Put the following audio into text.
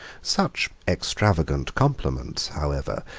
such extravagant compliments, however,